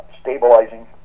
stabilizing